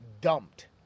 dumped